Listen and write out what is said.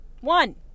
One